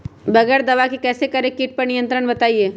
बगैर दवा के कैसे करें कीट पर नियंत्रण बताइए?